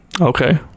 Okay